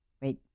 Wait